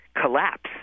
collapse